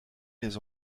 les